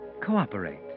cooperate